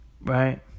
right